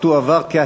התשע"ג 2013,